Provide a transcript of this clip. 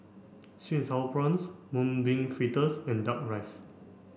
sweet and sour prawns mung bean fritters and duck rice